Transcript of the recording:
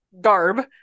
garb